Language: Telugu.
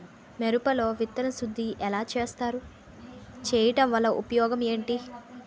మిరప లో విత్తన శుద్ధి ఎలా చేస్తారు? చేయటం వల్ల ఉపయోగం ఏంటి?